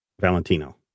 valentino